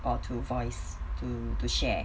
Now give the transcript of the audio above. or to voice to to share